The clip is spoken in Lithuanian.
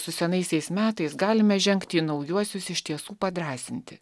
su senaisiais metais galime žengti į naujuosius iš tiesų padrąsinti